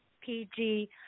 PG